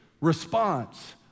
response